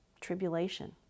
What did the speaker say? tribulation